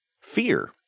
fear